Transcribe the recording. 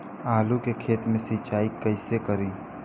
आलू के खेत मे सिचाई कइसे करीं?